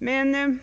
få det.